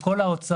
כאשר כל ההוצאות,